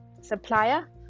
supplier